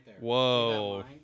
Whoa